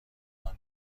نان